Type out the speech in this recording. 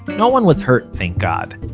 no one was hurt, thank god,